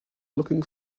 looking